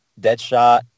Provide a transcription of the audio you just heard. Deadshot